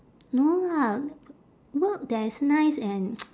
no lah work that is nice and